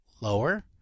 lower